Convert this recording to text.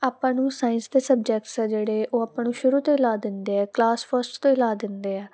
ਆਪਾਂ ਨੂੰ ਸਾਇੰਸ ਦੇ ਸਬਜੈਕਟਸ ਆ ਜਿਹੜੇ ਉਹ ਆਪਾਂ ਨੂੰ ਸ਼ੁਰੂ ਤੋਂ ਲਾ ਦਿੰਦੇ ਆ ਕਲਾਸ ਫਸਟ ਤੋਂ ਹੀ ਲਾ ਦਿੰਦੇ ਆ